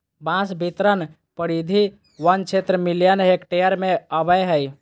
बांस बितरण परिधि वन क्षेत्र मिलियन हेक्टेयर में अबैय हइ